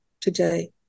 today